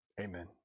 Amen